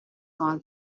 gone